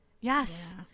yes